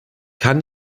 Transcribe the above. kann